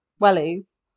Wellies